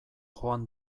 joan